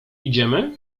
idziemy